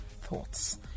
thoughts